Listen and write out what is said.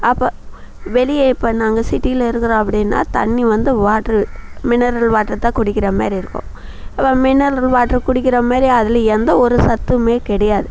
அப்போ வெளிய இப்போ நாங்கள் சிட்டியில் இருக்கிறோம் அப்படின்னா தண்ணி வந்து வாட்ரு மினரல் வாட்டர் தான் குடிக்கிற மாரி இருக்கும் அப்போ மினரல் வாட்டர் குடிக்கிற மாரி அதில் எந்த ஒரு சத்துமே கிடையாது